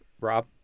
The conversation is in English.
Rob